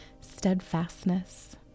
steadfastness